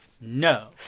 no